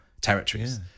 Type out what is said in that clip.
territories